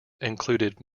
included